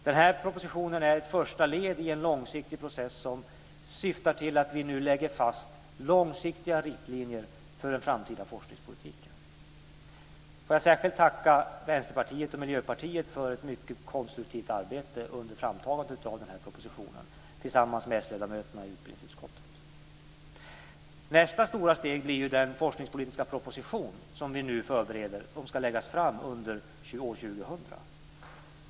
Den här propositionen är ett första led i en långsiktig process som syftar till att vi nu lägger fast långsiktiga riktlinjer för den framtida forskningspolitiken. Jag vill särskilt tacka Vänsterpartiet och Miljöpartiet för ett mycket konstruktivt arbete under framtagandet av propositionen, tillsammans med sledamöterna i utbildningsutskottet. Nästa stora steg blir den forskningspolitiska proposition som vi nu förbereder och som ska läggas fram under år 2000.